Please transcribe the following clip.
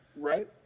right